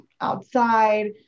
outside